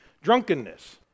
drunkenness